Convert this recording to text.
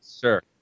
Sure